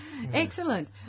Excellent